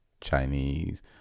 Chinese